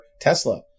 Tesla